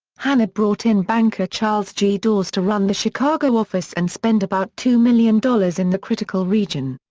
hanna brought in banker charles g. dawes to run the chicago office and spend about two million dollars in the critical region.